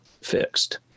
fixed